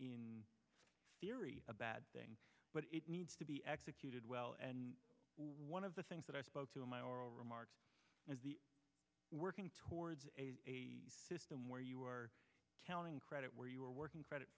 in theory a bad thing but it needs to be executed well and one of the things that i spoke to in my oral remarks is the working towards a system where you are counting credit where you are working credit